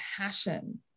passion